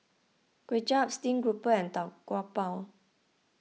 Kway Chap Steamed Grouper and Tau Kwa Pau